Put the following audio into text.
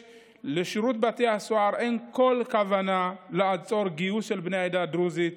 לשירות בתי הסוהר אין כל כוונה לעצור גיוס של בני העדה הדרוזית